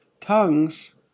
tongues